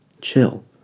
Chill